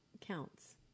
counts